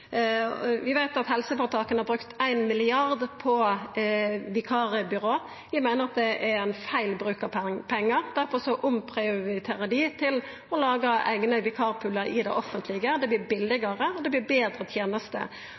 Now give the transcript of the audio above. Vi veit at helseføretaka har brukt 1 mrd. kr på vikarbyrå. Vi meiner at det er feil bruk av pengar; difor omprioriterer vi dei til å laga eigne vikarpoolar i det offentlege. Det vert billegare, og det vert betre tenester.